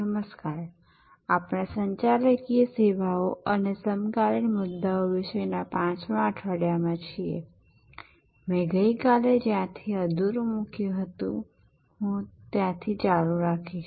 નમસ્કાર આપણે સંચાલકીય સેવાઓ અને સમકાલીન મુદ્દાઓ વિશેના પાંચમા અઠવાડિયામાં છીએ મે ગઇકાલે જ્યાં થી અધૂરું મૂક્યું હતું ત્યાંથી ચાલુ રાખીશ